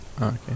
okay